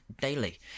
daily